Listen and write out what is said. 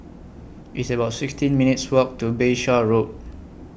It's about sixteen minutes' Walk to Bayshore Road